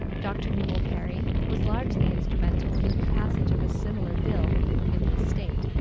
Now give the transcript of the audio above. dr. newel perry was largely instrumental in the passage of a similar bill in this state,